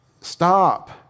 stop